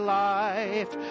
life